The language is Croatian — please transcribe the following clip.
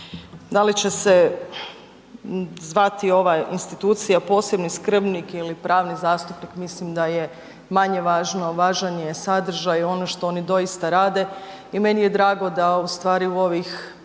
Da li će se zvati ova institucija posebni skrbnik ili pravni zastupnik mislim da je manje važno, važan je sadržaj, ono što oni doista rade i meni je drago da ustvari u ovih,